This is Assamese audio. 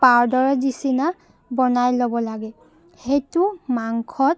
পাউদাৰৰ নিচিনা বনাই ল'ব লাগে সেইটো মাংসত